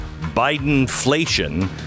Bidenflation